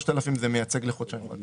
3,750 שקלים מייצג חודשיים.